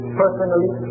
personally